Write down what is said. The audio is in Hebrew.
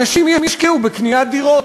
אנשים ישקיעו בקניית דירות.